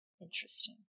interesting